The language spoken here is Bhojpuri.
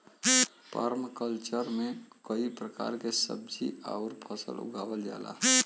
पर्मकल्चर में कई प्रकार के सब्जी आउर फसल उगावल जाला